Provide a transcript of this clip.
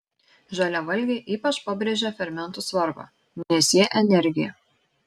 žaliavalgiai ypač pabrėžia fermentų svarbą nes jie energija